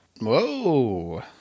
Whoa